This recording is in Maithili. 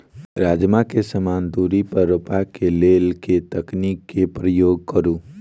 राजमा केँ समान दूरी पर रोपा केँ लेल केँ तकनीक केँ प्रयोग करू?